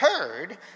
heard